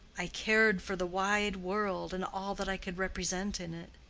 i cared for the wide world, and all that i could represent in it.